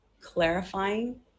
clarifying